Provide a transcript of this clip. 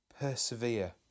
persevere